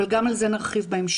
אבל גם על זה נרחיב בהמשך.